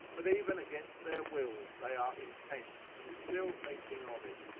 but even against their wills they are intent, and still thinking of it,